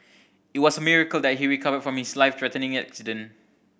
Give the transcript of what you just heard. it was a miracle that he recovered from his life threatening accident